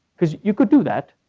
because you could do that.